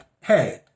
hey